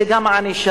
זה גם ענישה,